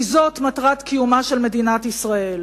כי זאת מטרת קיומה של מדינת ישראל.